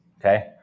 okay